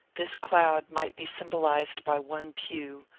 this cloud might be symbolized by one pew,